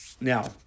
Now